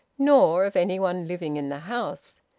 nor of any one living in the house.